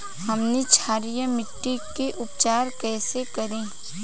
हमनी क्षारीय मिट्टी क उपचार कइसे करी?